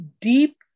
deep